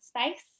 space